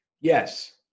Yes